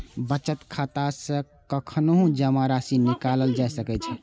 बचत खाता सं कखनहुं जमा राशि निकालल जा सकै छै